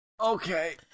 okay